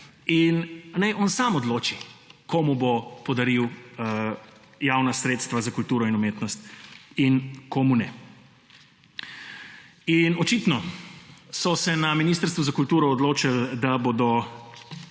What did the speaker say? in naj on sam odloči, komu bo podaril javna sredstva za kulturo in umetnost in komu ne. Očitno so se na Ministrstvu za kulturo odločili, da bodo